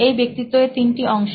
এই ব্যক্তিত্ব এর তিনটি অংশ